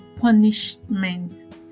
punishment